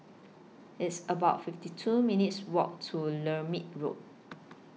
It's about fifty two minutes' Walk to Lermit Road